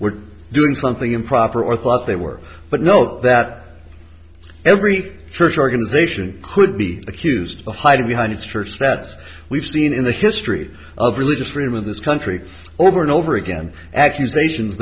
were doing something improper or thought they were but note that every church organization could be accused hide behind its church stacks we've seen in the history of religious freedom in this country over and over again accusations